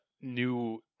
new